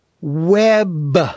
web